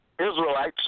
Israelites